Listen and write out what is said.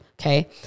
okay